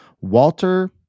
Walter